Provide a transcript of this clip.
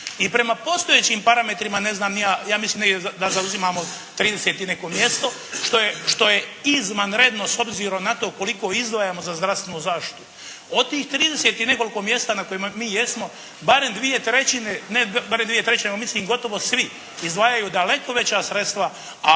I prema postojećim parametrima, ne znam ni ja, ja mislim negdje da zauzimamo 30 i neko mjesto što je izvanredno s obzirom na to koliko izdvajamo za zdravstvenu zaštitu. Od tih 30 i nekoliko mjesta na kojima mi jesmo barem dvije trećine, ne, barem dvije trećine nego mislim gotovo svi izdvajaju daleko veća sredstva,